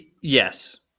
yes